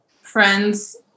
friends